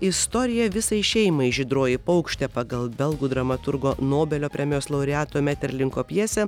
istorija visai šeimai žydroji paukštė pagal belgų dramaturgo nobelio premijos laureato meterlinko pjesę